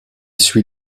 suit